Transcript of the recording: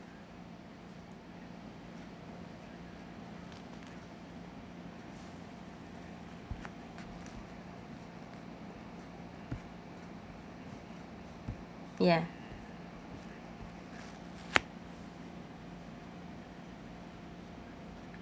ya